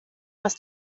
was